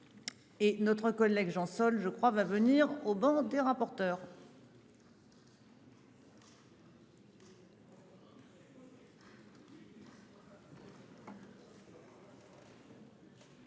Et notre collègue Jean je crois va venir au banc des rapporteurs.